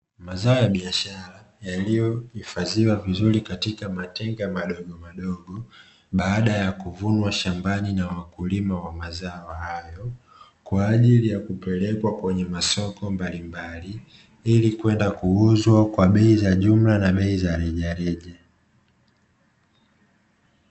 Mazao ya biashara yaliyohifadhiwa vizuri katika matenga madogo madogo, baada ya kuvunwa shambani na wakulima wa mazao hayo, kwa ajili ya kupelekwa kwenye masoko mbalimbali, ili kwenda kuuzwa Kwa bei ya jumla na rejareja.